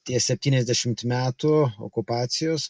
tie septyniasdešimt metų okupacijos